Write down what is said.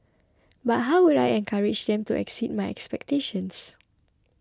but how would I encourage them to exceed my expectations